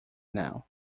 now